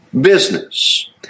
business